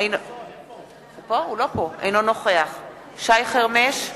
אינו נוכח שי חרמש,